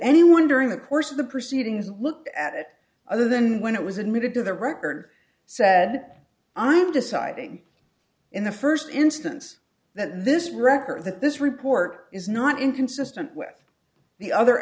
anyone during the course of the proceedings look at it other than when it was admitted to the record said i'm deciding in the first instance that this record that this report is not inconsistent with the other